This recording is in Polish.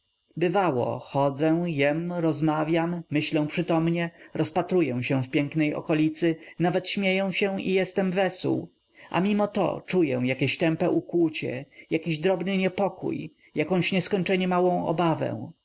bywało chodzę jem rozmawiam myślę przytomnie rozpatruję się w pięknej okolicy nawet śmieję się i jestem wesół a mimo to czuję jakieś tępe ukłucie jakiś drobny niepokój jakąś nieskończenie małą obawę